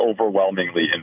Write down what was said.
overwhelmingly